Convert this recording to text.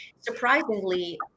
Surprisingly